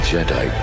Jedi